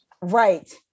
Right